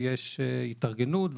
יש התארגנות,